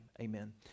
Amen